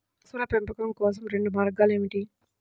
పశువుల పెంపకం కోసం రెండు మార్గాలు ఏమిటీ?